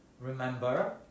remember